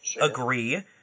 agree